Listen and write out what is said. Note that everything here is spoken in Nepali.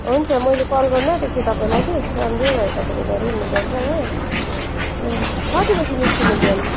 हुन्छ मैले कल गर्नु आँटेको थिएँ तपाईँलाई कि राम्रै भयो तपाईँले गरिहाल्नु भएछ हो उम् कति बजी निस्किनु बिहान